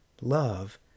love